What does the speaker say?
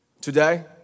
Today